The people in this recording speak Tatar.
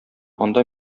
анда